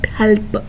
help